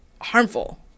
harmful